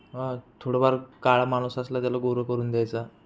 थोडंफार काळं माणूस असलं त्याला गोरं करून द्यायचा